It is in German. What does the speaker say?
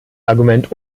argument